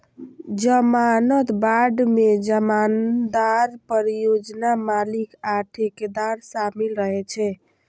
जमानत बांड मे जमानतदार, परियोजना मालिक आ ठेकेदार शामिल रहै छै